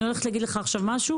אני הולכת להגיד לך עכשיו משהו,